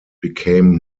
became